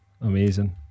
Amazing